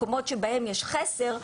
מקומות שבהם יש חסר,